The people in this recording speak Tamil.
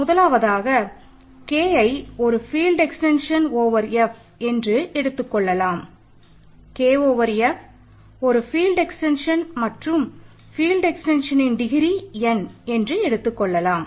முதலாவதாக Kயை ஒரு ஃபீல்ட் எக்ஸ்டென்ஷன் n என்று எடுத்துக்கொள்ளலாம்